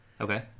Okay